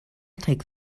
take